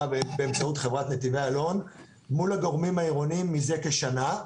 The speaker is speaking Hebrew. ובאמצעות חברת נתיבי איילון מול הגורמים העירוניים מזה כשנה.